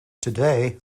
today